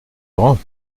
grands